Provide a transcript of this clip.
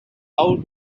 how